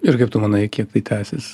ir kaip tu manai kiek tai tęsis